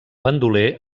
bandoler